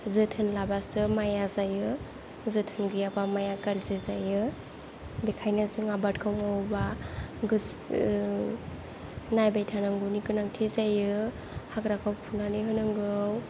जोथोन लाबासो माइया जायो जोथोन गैयाबा माइया गाज्रि जायो बेखायनो जों आबादखौ मावोबा नायबाय थानांगौनि गोनांथि जायो हाग्राखौ फुनानै होनांगौ